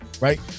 right